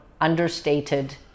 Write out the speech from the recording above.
understated